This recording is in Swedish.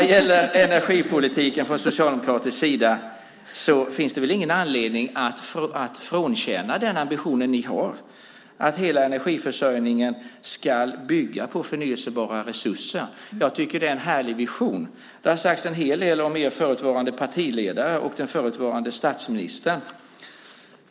Det finns ingen anledning att frånkänna Socialdemokraterna den ambition de har på enerigpolitikens område, nämligen att hela energiförsörjningen ska bygga på förnybara resurser. Jag tycker att det är en härlig vision. Det har sagts en hel del om er förutvarande partiledare och den förutvarande statsministern.